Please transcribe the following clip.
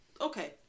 okay